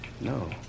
no